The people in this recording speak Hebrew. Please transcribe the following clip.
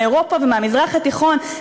מאירופה ומהמזרח התיכון,